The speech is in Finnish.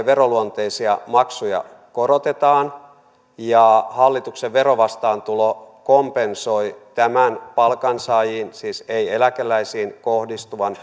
veroluonteisia maksuja korotetaan ja hallituksen verovastaantulo kompensoi tämän palkansaajiin siis ei eläkeläisiin kohdistuvan